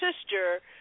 sister